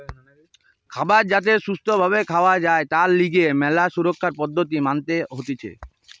খাবার যাতে সুস্থ ভাবে খাওয়া যায় তার লিগে ম্যালা সুরক্ষার পদ্ধতি মানতে হতিছে